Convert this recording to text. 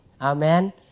Amen